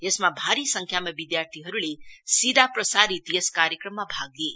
यसमा भारी संख्यामा विधार्थीहरुले सीधा प्रसारित यस कार्यक्रममा भाग लिए